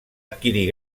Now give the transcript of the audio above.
adquirir